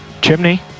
Chimney